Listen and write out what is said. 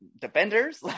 defenders